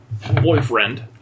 Boyfriend